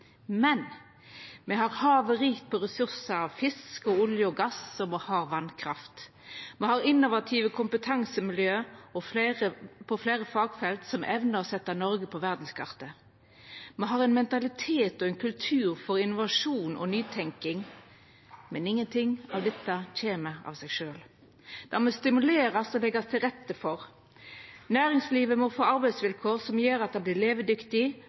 Men me har havet rikt på ressursar og fisk, olje og gass, og me har vasskraft. Me har innovative kompetansemiljø på fleire fagfelt som evnar å setja Noreg på verdskartet. Me har ein mentalitet og ein kultur for innovasjon og nytenking. Men ingenting av dette kjem av seg sjølv. Det må stimulerast og leggjast til rette for. Næringslivet må få arbeidsvilkår som gjer at det vert levedyktig